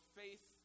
faith